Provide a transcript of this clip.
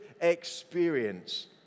experience